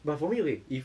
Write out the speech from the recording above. but for me wait if